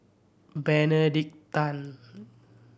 Benedict Tan